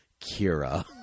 kira